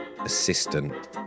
assistant